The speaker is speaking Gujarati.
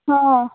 હા